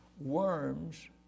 worms